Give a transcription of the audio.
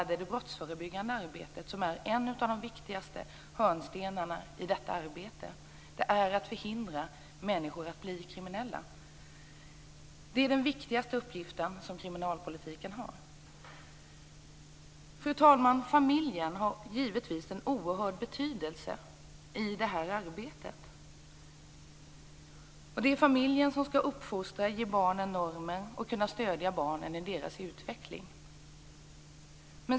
I det brottsförebyggande arbetet är en av de viktigaste hörnstenarna att förhindra människor från att bli kriminella. Det är kriminalpolitikens viktigaste uppgift. Fru talman! Familjen har givetvis en oerhörd betydelse i detta arbete. Det är familjen som skall uppfostra barnen, ge dem normer och stödja dem i deras utveckling.